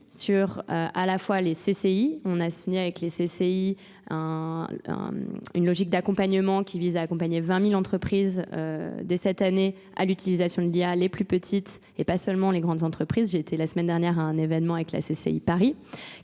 sur à la fois les CCI. On a signé avec les CCI une logique d'accompagnement qui vise à accompagner 20 000 entreprises dès cette année à l'utilisation de l'IA les plus petites et pas seulement les grandes entreprises. J'ai été la semaine dernière à un événement avec la CCI Paris.